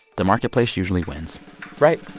the marketplace usually wins right.